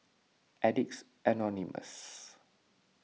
Addicts Anonymous